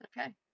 Okay